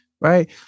Right